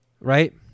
Right